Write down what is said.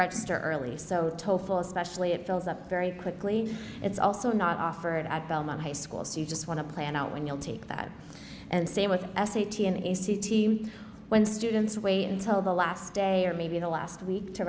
register early so toefl especially it fills up very quickly it's also not offered at belmont high school so you just want to plan out when you'll take that and same with s a t n a c t when students wait until the last day or maybe the last week to